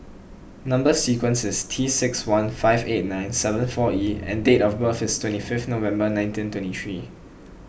Number Sequence is T six one five eight nine seven four E and date of birth is twenty five November nineteen twenty three